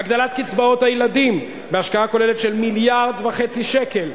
הגדלת קצבאות הילדים בהשקעה כוללת של מיליארד וחצי שקל,